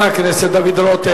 חבר הכנסת דוד רותם.